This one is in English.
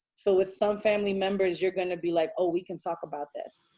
so with some family members, you're going to be like, oh, we can talk about this.